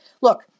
look